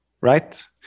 right